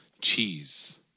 cheese